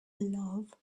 love